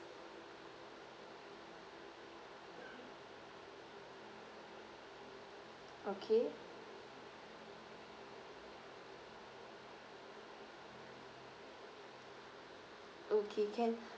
okay okay can